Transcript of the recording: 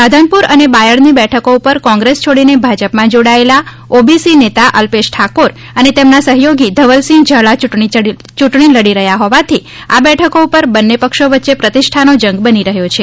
રાધનપુર અને બાયડની બેઠકો ઉપર કોંગ્રેસ છોડીને ભાજપમાં જોડાયેલા ઓબીસી નેતા અલ્પેશ ઠાકોર અને તેમના સહયોગી ધવલસિંહ ઝાલા યૂંટણી લડી રહ્યા હોવાથી આ બેઠકો ઉપર બંને પક્ષો વચ્ચે પ્રતિષ્ઠાનો જંગ બની રહ્યો છે